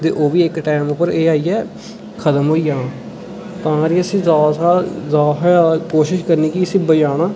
ओह्बी इक टाइम उप्पर आइयै खत्म होई जाने असें गी ज्यादा थमां ज्यादा कोशिश करनी के इसी बचाना